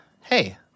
hey